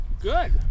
good